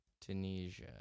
Tunisia